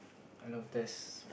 hello test